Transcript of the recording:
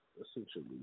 Essentially